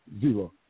zero